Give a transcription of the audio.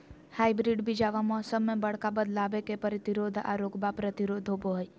hybrid बीजावा मौसम्मा मे बडका बदलाबो के प्रतिरोधी आ रोगबो प्रतिरोधी होबो हई